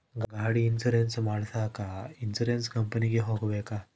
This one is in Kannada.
ಗಾಡಿ ಇನ್ಸುರೆನ್ಸ್ ಮಾಡಸಾಕ ಇನ್ಸುರೆನ್ಸ್ ಕಂಪನಿಗೆ ಹೋಗಬೇಕಾ?